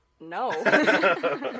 no